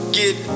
get